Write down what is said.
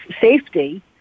safety